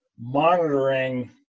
monitoring